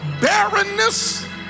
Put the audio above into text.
barrenness